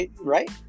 Right